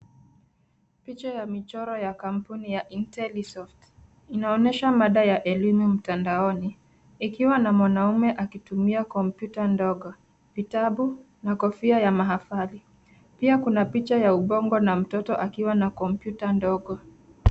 Picha ya michoro ya kampuni ya Intelisoft, inaonyesha mada ya elimu mtandaoni ikiwa na mwanaume akitumia kompyuta ndogo, vitabu na kofia ya mahafali. Pia kuna picha ya ubongo na mtoto akiwa na kompyuta ndogo.